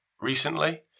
recently